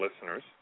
listeners